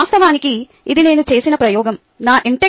వాస్తవానికి ఇది నేను చేసిన ప్రయోగo నా M